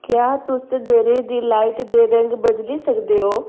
क्या तुस घरै दी लाइट दे रंग बदली सकदे ओ